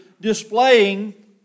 displaying